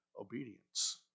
obedience